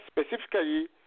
specifically